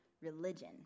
religion